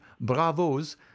bravos